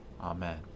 Amen